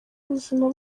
ubuzima